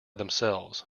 themselves